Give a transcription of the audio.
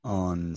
on